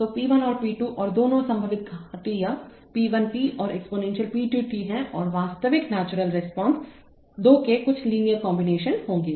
तो p 1 और p 2 और दोनों संभावित घातीय p 1 t और एक्सपोनेंशियल p 2 t हैं और वास्तविक नेचुरल रिस्पांस 2 के कुछ लीनियर कॉम्बिनेशन होंगे